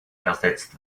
ersetzt